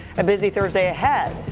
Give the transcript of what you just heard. a busy thursday ahead.